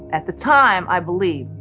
at the time, i believe,